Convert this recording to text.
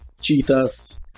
cheetahs